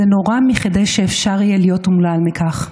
זה נורא מכדי שאפשר יהיה להיות אומלל מכך.